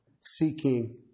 seeking